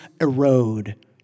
erode